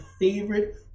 favorite